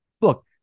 look